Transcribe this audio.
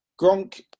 Gronk